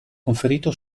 conferito